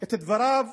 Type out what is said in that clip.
את דבריו